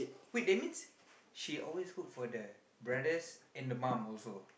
wait that means she always cook for the brothers and the mum also